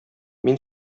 мин